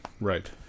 Right